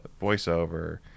voiceover